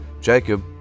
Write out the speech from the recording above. Jacob